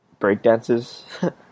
breakdances